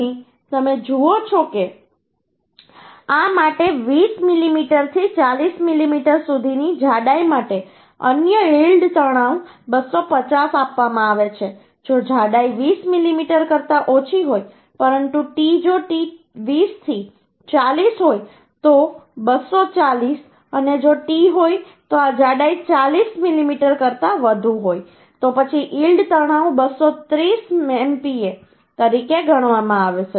અહીં તમે જુઓ છો કે આ માટે 20 મીમી થી 40મીમી સુધીની જાડાઈ માટે અન્ય યીલ્ડ તણાવ 250 આપવામાં આવે છે જો જાડાઈ 20 મીમી કરતાં ઓછી હોય પરંતુ t જો t 20 થી 40 હોય તો 240 અને જો t હોય તો આ જાડાઈ 40 મીમી કરતાં વધુ હોય તો પછી યીલ્ડ તણાવ 230 MPa તરીકે ગણવામાં આવશે